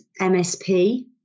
MSP